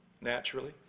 naturally